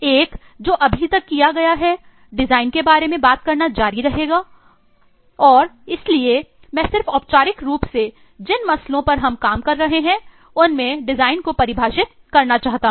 एक जो अभी तक किया गया है डिजाइन के बारे में बात करना जारी रहेगा और इसलिए मैं सिर्फ औपचारिक रूप से जिन मसलो पर हम काम कर रहे हैं उनमें डिजाइन को परिभाषित करना चाहता हूं